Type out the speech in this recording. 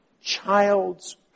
Child's